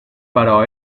però